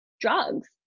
drugs